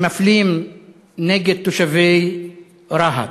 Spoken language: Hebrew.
שמפלים את תושבי רהט.